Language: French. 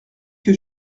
que